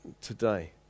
today